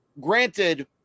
granted